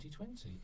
2020